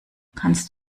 kannst